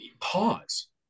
pause